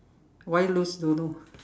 why lose don't know